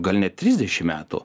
gal ne trisdešim metų